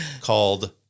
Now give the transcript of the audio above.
called